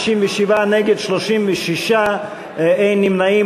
57, נגד, 36, אין נמנעים.